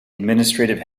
administrative